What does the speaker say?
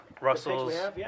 Russells